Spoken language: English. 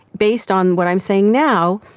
based on what i'm saying now,